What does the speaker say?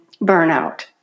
burnout